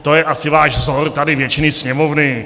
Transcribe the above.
To je asi váš vzor, tady většiny Sněmovny.